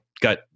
got